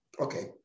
Okay